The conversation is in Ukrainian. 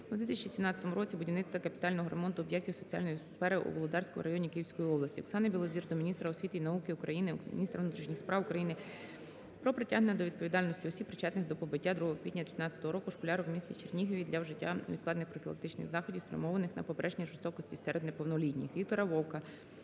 у 2017 році будівництва та капітального ремонту об'єктів соціальної сфери у Володарському районі Київської області. Оксани Білозір до міністра освіти і науки України, міністра внутрішніх справ України про притягнення до відповідальності осіб, причетних до побиття 2 квітня 2017 року школярок у місті Чернігові та вжиття невідкладних профілактичних заходів, спрямованих на попередження жорстокості серед неповнолітніх.